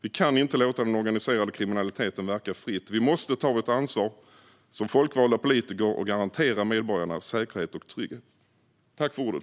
Vi kan inte låta den organiserade kriminaliteten verka fritt. Vi måste ta vårt ansvar som folkvalda politiker och garantera medborgarna säkerhet och trygghet.